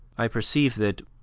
i perceive that,